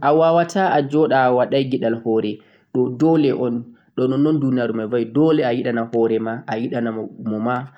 Awawata a joɗa a waɗai giɗal hore, ɗo dole un boo nonnon duniyaru mai vaè. Dole ayiɗana horema, ayiɗana moma